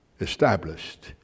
established